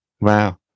Wow